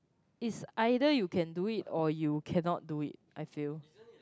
is either you can do it or you cannot do it I feel